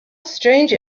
strange